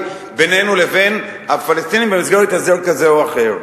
בינינו לבין הפלסטינים במסגרת הסדר כזה או אחר.